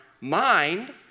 mind